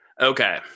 Okay